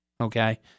okay